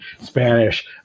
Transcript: Spanish